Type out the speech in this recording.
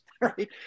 right